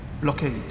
Blockade